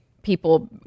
People